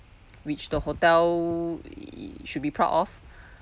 which the hotel should be proud of